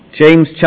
James